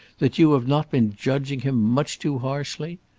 that you have not been judging him much too harshly?